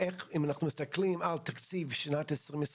אם אנחנו מסתכלים על תקציב שנת 2022